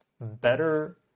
better